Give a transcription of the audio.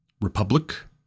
republic